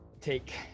Take